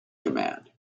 command